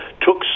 took